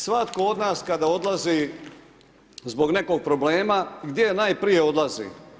Svatko od nas kada odlazi zbog nekog problema, gdje najprije odlazi?